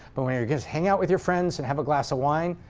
but when you're just hanging out with your friends and have a glass of wine,